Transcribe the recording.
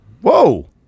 Whoa